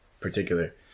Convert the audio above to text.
particular